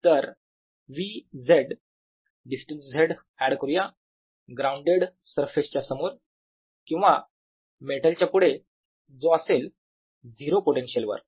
तर V distance Z add करूया grounded सरफेसच्या समोर किंवा मेटलच्या पुढे जो असेल 0 पोटेन्शिअल वर